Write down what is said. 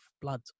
blood